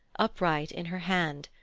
upright in her hand.